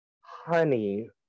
honey